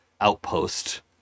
outpost